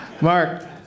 Mark